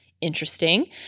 interesting